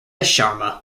sharma